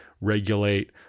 regulate